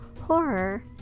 horror